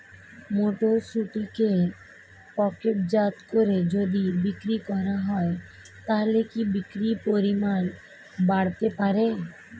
মটরশুটিকে প্যাকেটজাত করে যদি বিক্রি করা হয় তাহলে কি বিক্রি পরিমাণ বাড়তে পারে?